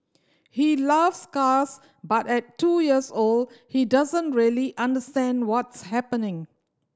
he loves cars but at two years old he doesn't really understand what's happening